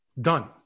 Done